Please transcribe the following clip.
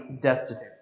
destitute